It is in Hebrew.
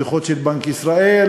בדוחות של בנק ישראל,